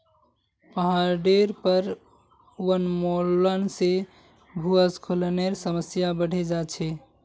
पहाडेर पर वनोन्मूलन से भूस्खलनेर समस्या बढ़े जा छे